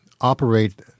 operate